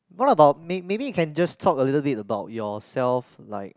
what about may maybe you can just talk a little bit about yourself like